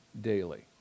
daily